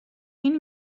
این